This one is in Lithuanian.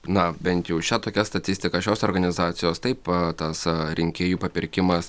na bent jau šia tokia statistika šios organizacijos taip pat tas rinkėjų papirkimas